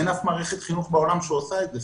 אין אף מערכת חינוך בעולם שעושה את זה,